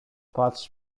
patrz